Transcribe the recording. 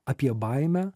apie baimę